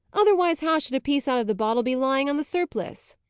otherwise, how should a piece out of the bottle be lying on the surplice?